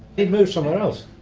he'd move somewhere else.